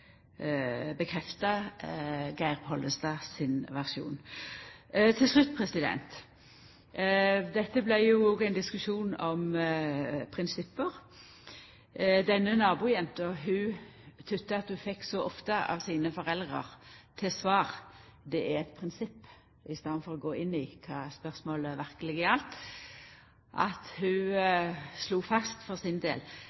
bekrefta Geir Pollestad sin versjon. Til slutt: Dette vart jo òg ein diskusjon om prinsipp. Denne nabojenta tykte at ho så ofte fekk av sine foreldre til svar at det er eit prinsipp i staden for at dei gjekk inn i kva spørsmålet verkeleg gjaldt, at ho slo fast for sin del: